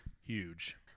Huge